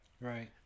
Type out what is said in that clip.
right